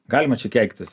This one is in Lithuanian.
galima čia keiktis